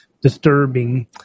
disturbing